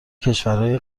کشورهای